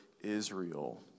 Israel